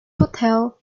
hotel